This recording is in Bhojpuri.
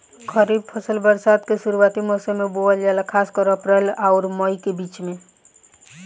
खरीफ फसल बरसात के शुरूआती मौसम में बोवल जाला खासकर अप्रैल आउर मई के बीच में